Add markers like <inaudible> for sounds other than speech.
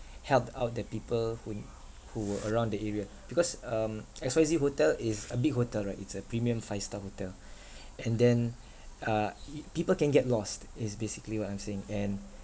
help out the people who who were around the area because um X Y Z hotel is a big hotel right it's a premium five star hotel <breath> and then uh <noise> people can get lost is basically what I'm saying and